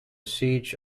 siege